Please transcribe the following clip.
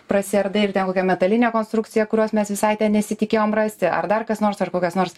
prasiardai ir ten kokia metalinė konstrukcija kurios mes visai nesitikėjom rasti ar dar kas nors ar kokias nors